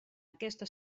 aquesta